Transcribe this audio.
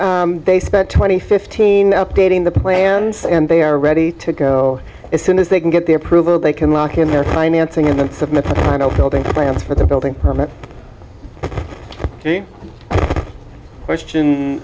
group they spent twenty fifteen updating the plans and they are ready to go as soon as they can get the approval they can lock in their financing and submit a no building plans for the building permit the question